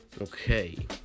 Okay